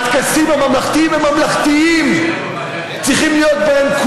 הטקסים הממלכתיים הם ממלכתיים.